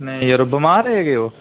नेईं जरो बमार हे केह् ओह्